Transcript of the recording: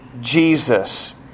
Jesus